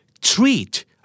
Treat